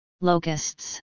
Locusts